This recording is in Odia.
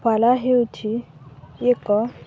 ପାଲା ହେଉଛି ଏକ